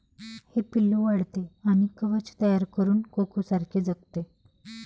हे पिल्लू वाढते आणि कवच तयार करून कोकोसारखे जगते